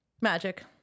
Magic